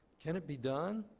can it be done?